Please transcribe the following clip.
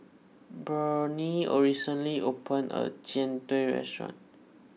Burney recently opened a Jian Dui restaurant